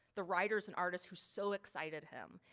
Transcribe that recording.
the writers and artists who's so excited him.